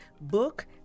book